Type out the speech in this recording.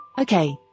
okay